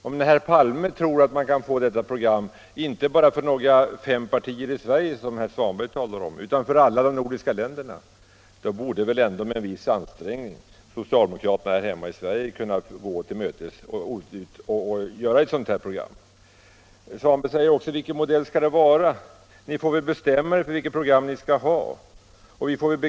När herr Palme tror att man kan åstadkomma ett gemensamt program — inte bara för fem partier i Sverige som herr Svanberg talar om utan för alla de nordiska länderna — borde väl socialdemokraterna här hemma med en viss ansträngning kunna gå oss till mötes och medverka till ett sådant här program. Herr Svanberg frågar: Vilken modell skall det vara? Ni får bestämma er för vilket program ni skall ha.